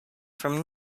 from